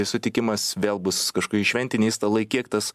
sutikimas vėl bus kažkokie šventiniai stalai kiek tas